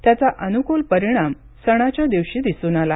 त्याचा अनुकूल परिणाम सणाच्या दिवशी दिसून आला